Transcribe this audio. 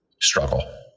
struggle